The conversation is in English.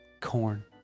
Corn